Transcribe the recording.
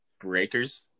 Breakers